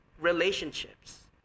relationships